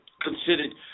considered